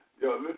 yo